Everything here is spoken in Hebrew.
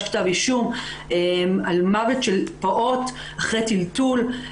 כתב אישום על מוות של פעוט אחרי טלטול,